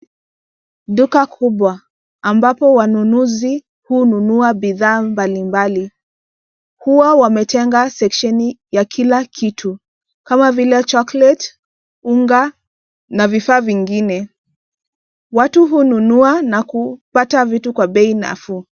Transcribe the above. Duka kubwa ambapo wanunuzi hununua bidhaa mbalimbali. Huwa wametenga seksheni ya kila kitu kama vile chocolate , unga na vifaa vingine. Watu hununua na kupata vitu kwa bei nafuu.